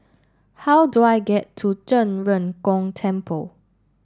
how do I get to Zhen Ren Gong Temple